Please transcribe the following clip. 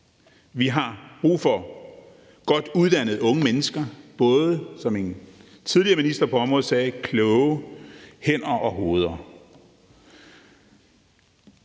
Vi har brug for godt uddannet unge mennesker, både, som en tidligere minister på området sagde, kloge hænder og hoveder,